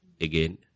Again